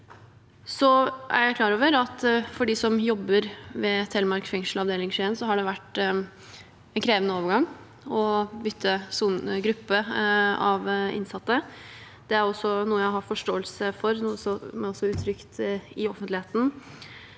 er jeg klar over at for dem som jobber ved Telemark fengsel, avdeling Skien, har det vært en krevende overgang å bytte gruppe av innsatte. Det er også noe jeg har forståelse for, og som jeg også har uttrykt i offentligheten,